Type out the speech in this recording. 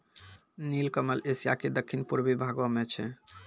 नीलकमल एशिया के दक्खिन पूर्वी भागो मे छै